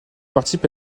participe